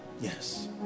yes